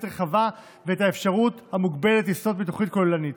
רחבה ואת האפשרות המוגבלת לסטות מתוכנית כוללנית.